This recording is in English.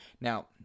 Now